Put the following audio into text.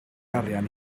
arian